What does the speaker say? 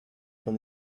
one